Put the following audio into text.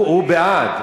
הוא בעד,